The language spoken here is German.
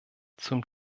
zum